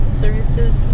services